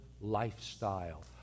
lifestyle